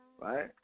right